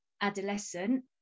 adolescent